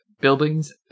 buildings